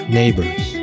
neighbors